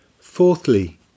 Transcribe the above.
Fourthly